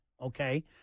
Okay